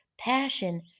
passion